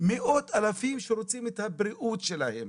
מאות אלפים שרוצים את הבריאות שלהם.